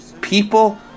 people